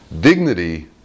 Dignity